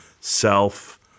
self